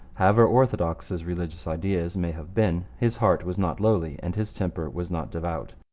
however orthodox his religious ideas may have been, his heart was not lowly and his temper was not devout.